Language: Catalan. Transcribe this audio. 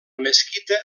mesquita